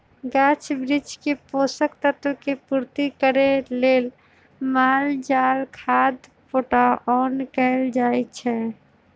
गाछ वृक्ष के पोषक तत्व के पूर्ति करे लेल माल जाल खाद पटाओन कएल जाए छै